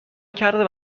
کرده